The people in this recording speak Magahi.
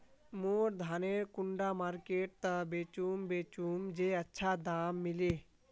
मोर धानेर कुंडा मार्केट त बेचुम बेचुम जे अच्छा दाम मिले?